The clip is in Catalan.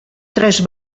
tres